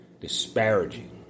disparaging